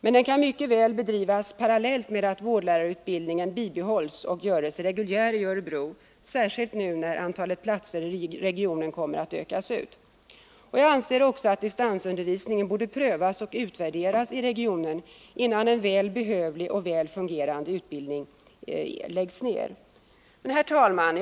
Men den kan mycket väl bedrivas parallellt med att vårdlärarutbildningen bibehålls och görs reguljär i Örebro, särskilt nu när antalet platser i regionen kommer att ökas ut. Jag anser också att distansundervisningen borde prövas och utvärderas i regionen, innan en väl behövlig och väl fungerande utbildning läggs ned. Herr talman!